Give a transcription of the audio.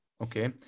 okay